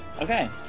Okay